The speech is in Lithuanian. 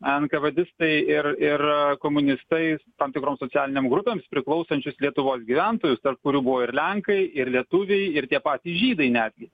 enkavedistai ir ir komunistai tam tikroms socialinėm grupėms priklausančius lietuvos gyventojus tarp kurių buvo ir lenkai ir lietuviai ir tie patys žydai netgi